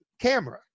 camera